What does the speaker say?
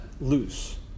loose